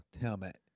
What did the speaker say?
helmet